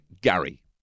Gary